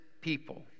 people